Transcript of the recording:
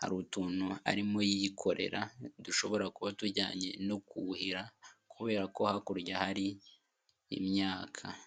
hari utuntu arimo yikorera dushobora kuba tujyanye no kuwuhira kubera ko hakurya hari imyaka.